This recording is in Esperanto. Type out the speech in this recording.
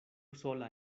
sola